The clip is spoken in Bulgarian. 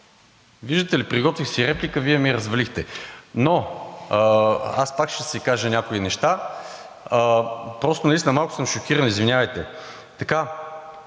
Виждате ли, приготвих си реплика, Вие ми я развалихте. Но аз пак ще си кажа някои неща. Просто наистина малко съм шокиран, извинявайте.